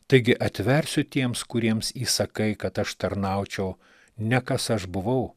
taigi atversiu tiems kuriems įsakai kad aš tarnaučiau ne kas aš buvau